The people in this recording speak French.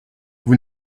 vous